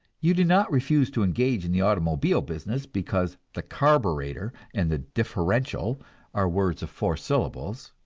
you do not refuse to engage in the automobile business because the carburetor and the differential are words of four syllables.